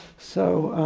so,